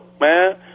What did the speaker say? man